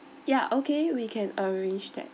ya okay we can arrange that